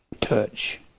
touch